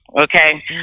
okay